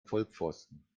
vollpfosten